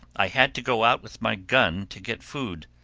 i had to go out with my gun to get food.